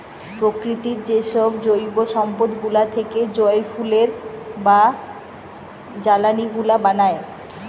প্রকৃতির যেসব জৈব সম্পদ গুলা থেকে যই ফুয়েল বা জ্বালানি গুলা বানায়